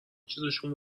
چیزشون